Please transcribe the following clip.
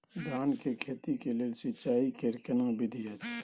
धान के खेती के लेल सिंचाई कैर केना विधी अछि?